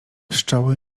pszczoły